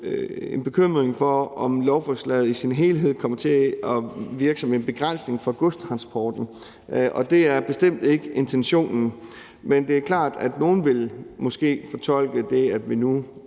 en bekymring for, om lovforslaget i sin helhed kommer til at virke som en begrænsning for godstransporten. Det er bestemt ikke intentionen, men det er klart, at nogle måske vil fortolke det, at vi nu